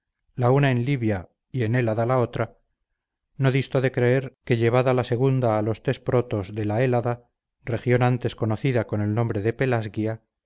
la una en libia y en hélada la otra no disto de creer que llevada la segunda a los tesprotos de la hélada región antes conocida con el nombre de